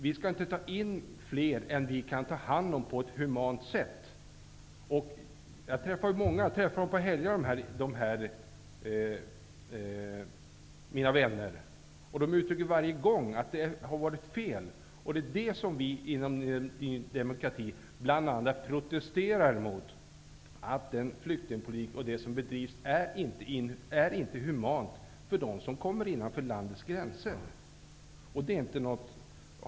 Vi skall inte ta in fler än vad vi kan ta hand om på ett humant sätt. Jag träffar många av dessa mina vänner på helgerna. De säger varje gång att det har varit fel. Det är bl.a. detta som vi i Ny demokrati protesterar emot. Den flyktingpolitik som bedrivs är inte human för dem som kommer innanför landets gränser.